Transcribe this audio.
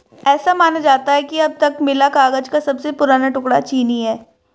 ऐसा माना जाता है कि अब तक मिला कागज का सबसे पुराना टुकड़ा चीनी है